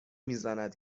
میزند